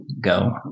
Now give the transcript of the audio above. go